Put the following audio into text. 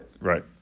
Right